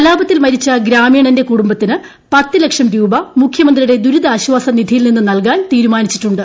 കലാപത്തിൽ മരിച്ച ഗ്രാമീണന്റെ കുടുംബത്തിന് പത്ത് ലക്ഷം രൂപ മുഖ്യമന്ത്രിയുടെ ദുരിതാശ്വാസ നിധിയിൽ നിന്ന് നൽകാൻ തീരുമാനിച്ചിട്ടുണ്ട്